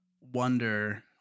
wonder